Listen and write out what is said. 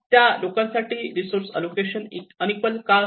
त्या लोकांसाठी resource allocation unequal का असते